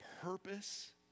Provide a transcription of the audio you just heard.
purpose